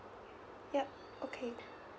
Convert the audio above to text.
yup okay